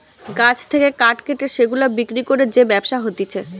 গাছ থেকে কাঠ কেটে সেগুলা বিক্রি করে যে ব্যবসা হতিছে